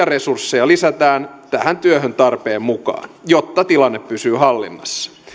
resursseja lisätään tähän työhön tarpeen mukaan jotta tilanne pysyy hallinnassa